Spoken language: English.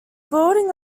building